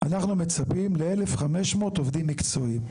אנחנו מצפים ל-1,500 עובדים מקצועיים.